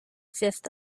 fifth